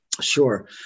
Sure